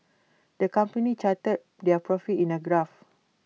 the company charted their profits in A graph